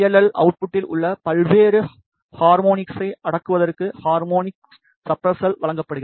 L அவுட்புட்டில் உள்ள பல்வேறு ஹார்மோனிக்ஸை அடக்குவதற்கு ஹார்மோனிக் சப்பிரசருக்கு வழங்கப்படுகிறது